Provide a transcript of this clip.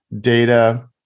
data